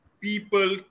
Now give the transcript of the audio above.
people